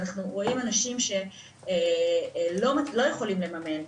אנחנו רואים אנשים שלא יכולים לממן.